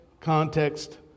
context